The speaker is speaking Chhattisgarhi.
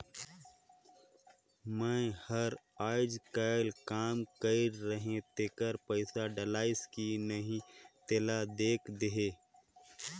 मै हर अईचकायल काम कइर रहें तेकर पइसा डलाईस कि नहीं तेला देख देहे?